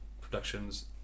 productions